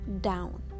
down